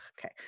okay